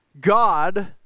God